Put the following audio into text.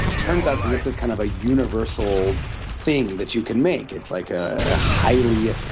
turns out that this is kind of a universal thing that you can make. it's like a highly-scalable,